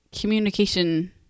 communication